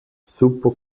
super